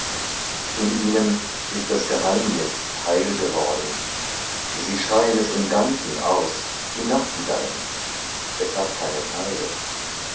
in ihnen ist das geheimnis heil geworden sie schreien es im ganzen aus wie nachtigallen es hat keine teile